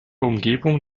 umgebung